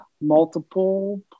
multiple